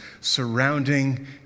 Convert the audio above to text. surrounding